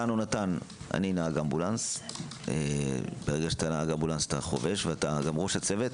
אני נהג אמבולנס ולכן אתה גם חובש וגם ראש הצוות